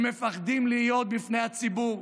הם מפחדים להיות בפני הציבור,